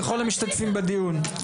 לכל המשתתפים בדיון.